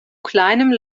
kleinem